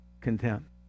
contempt